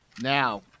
now